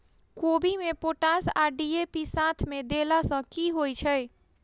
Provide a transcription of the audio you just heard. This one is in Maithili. कोबी मे पोटाश आ डी.ए.पी साथ मे देला सऽ की होइ छै?